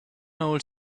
old